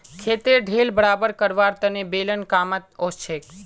खेतेर ढेल बराबर करवार तने बेलन कामत ओसछेक